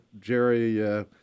Jerry –